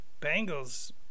Bengals